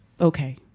okay